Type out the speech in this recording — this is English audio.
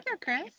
Chris